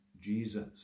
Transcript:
Jesus